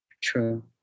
true